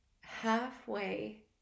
halfway